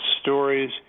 stories